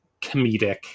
comedic